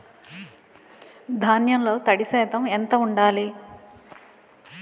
ధాన్యంలో తడి శాతం ఎంత ఉండాలి?